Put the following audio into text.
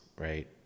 right